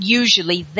usually